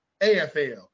AFL